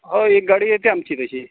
हो एक गाडी येते आमची तशी